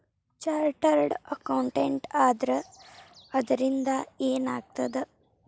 Chartered accountant ಆದ್ರ ಅದರಿಂದಾ ಏನ್ ಆಗ್ತದ?